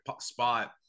spot